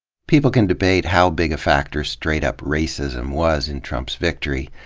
people can debate how b ig a factor straight-up racism was in trump's victory.